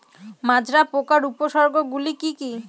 মাজরা পোকার উপসর্গগুলি কি কি?